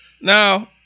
Now